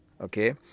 Okay